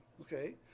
okay